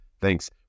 Thanks